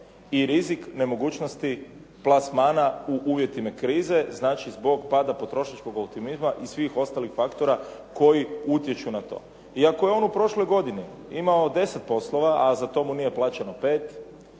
i rizik nemogućnosti plasmana u uvjetima krize znači zbog pada potrošačkog …/Govornik se ne razumije./… i svih ostalih faktora koji utječu na to. I ako je on u prošloj godini imao deset poslova a za to mu nije plaćeno pet,